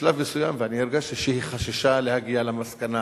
בשלב מסוים אני הרגשתי שהיא חששה להגיע למסקנה.